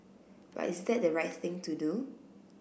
but is that the right thing to do